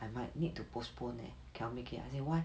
I might need to postpone leh cannot make it I say why